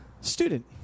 student